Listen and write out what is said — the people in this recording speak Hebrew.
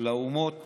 לאומות